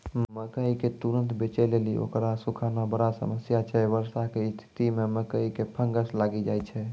मकई के तुरन्त बेचे लेली उकरा सुखाना बड़ा समस्या छैय वर्षा के स्तिथि मे मकई मे फंगस लागि जाय छैय?